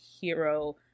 hero